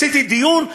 עשיתי דיון,